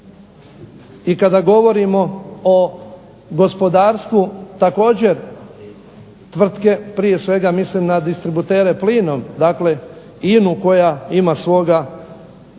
i kada govorimo o gospodarstvu također tvrtke, prije svega mislim na distributere plinom, dakle INA-u koja ima svoga i